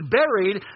buried